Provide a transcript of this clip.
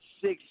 six